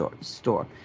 store